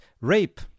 rape